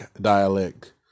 dialect